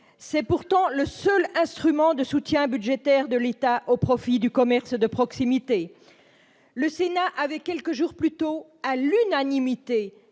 C'est pourtant le seul instrument de soutien budgétaire de l'État au commerce de proximité. Le Sénat avait, quelques jours plus tôt, adopté à l'unanimité